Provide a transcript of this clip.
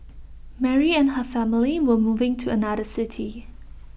Mary and her family were moving to another city